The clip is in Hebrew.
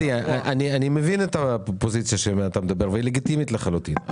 אני מבין את הפוזיציה ממנה אתה מדבר והיא לגיטימית לחלוטין.